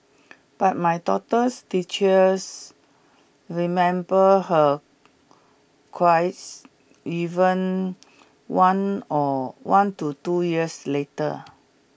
but my daughter's teachers remember her even one or one to two years later